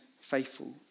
faithful